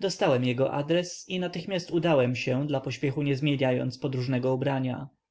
dostałem jego adres i natychmiast udałem się dla pośpiechu nie zmieniając podróżnego ubrania